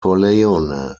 corleone